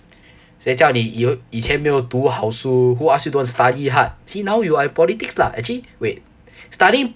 谁叫你有以前没有读好书 who ask you don't want study hard see now you I politics lah actually wait study